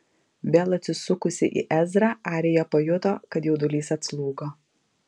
vėl atsisukusi į ezrą arija pajuto kad jaudulys atslūgo